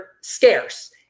scarce